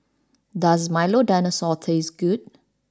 does Milo Dinosaur taste good